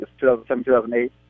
2007-2008